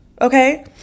okay